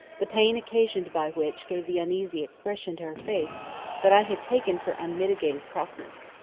the pain occasioned by which gave the uneasy expression to her face that i had taken for unmitigated crossness.